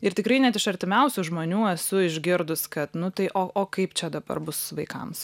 ir tikrai net iš artimiausių žmonių esu išgirdus kad nu tai o o kaip čia dabar bus vaikams